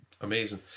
amazing